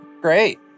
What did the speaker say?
great